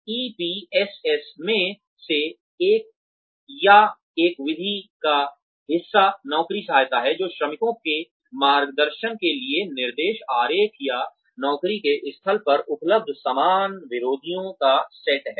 EPSS में से एक या एक विधि का हिस्सा नौकरी सहायता है जो श्रमिकों के मार्गदर्शन के लिए निर्देश आरेख या नौकरी के स्थल पर उपलब्ध समान विधियों का सेट है